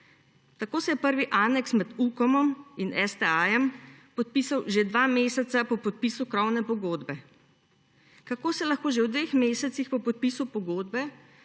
Tako se je prvi aneks med Ukomom in STA podpisal že dva meseca po podpisu krovne pogodbe. Kako se lahko že v dveh mesecih po podpisu pogodbe